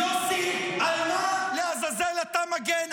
יוסי, על מה לעזאזל אתה מגן?